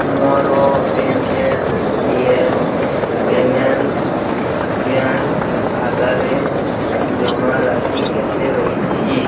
ମୋର M S D L payments bank ଖାତାରେ ଜମାରାଶି କେତେ ରହିଛି